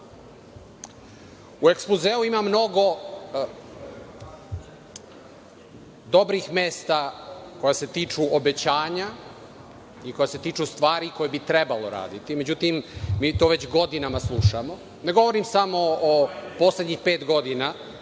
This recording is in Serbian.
ekspozeu ima mnogo dobrih mesta koja se tiču obećanja i koja se tiču stvari koje bi trebalo raditi. Međutim, mi to već godinama slušamo. Ne govorim samo o poslednjih pet godina,